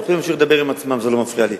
הם יכולים להמשיך לדבר עם עצמם, זה לא מפריע לי.